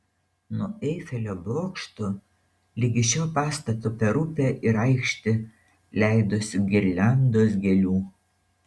nuo eifelio bokšto ligi šio pastato per upę ir aikštę leidosi girliandos gėlių